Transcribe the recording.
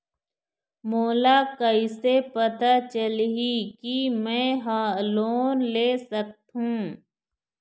मोला कइसे पता चलही कि मैं ह लोन ले सकथों?